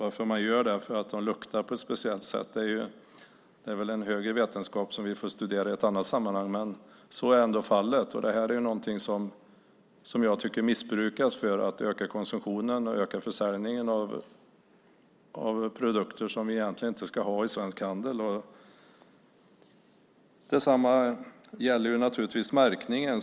Att man köper dem för att de luktar på ett visst sätt är väl en högre vetenskap som vi får studera i ett annat sammanhang, men så är ändå fallet. Det här är någonting som jag tycker missbrukas för att öka konsumtionen och öka försäljningen av produkter som vi egentligen inte ska ha i svensk handel. Detsamma gäller naturligtvis märkningen.